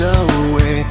away